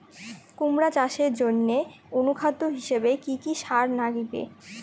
কুমড়া চাষের জইন্যে অনুখাদ্য হিসাবে কি কি সার লাগিবে?